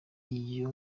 iyo